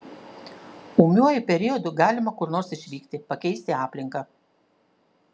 ūmiuoju periodu galima kur nors išvykti pakeisti aplinką